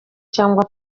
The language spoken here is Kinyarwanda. cyangwa